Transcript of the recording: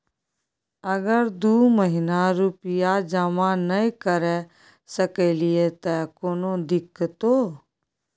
अगर दू महीना रुपिया जमा नय करे सकलियै त कोनो दिक्कतों?